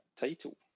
title